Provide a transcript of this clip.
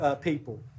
people